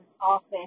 office